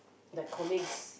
the comics